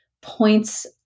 points